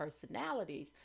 personalities